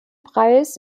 preis